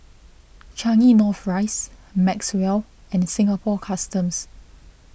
Changi North Rise Maxwell and Singapore Customs